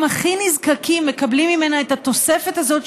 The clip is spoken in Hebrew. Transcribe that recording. הכי נזקקים מקבלים ממנה את התוספת הזאת,